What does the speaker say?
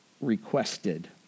requested